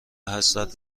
حسرت